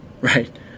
right